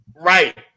Right